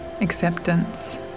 acceptance